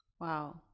wow